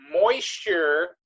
moisture